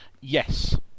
Yes